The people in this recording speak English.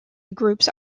groups